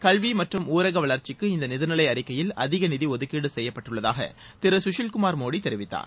கல்வி மற்றும் ஊரக வளர்ச்சிக்கு இந்த நிதிநிலை அறிக்கையில் அதிக நிதி ஒதுக்கீடு செய்யப்பட்டுள்ளதாக திரு சுஷில் குமார் மோடி தெரிவித்தார்